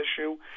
issue